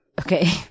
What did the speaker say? Okay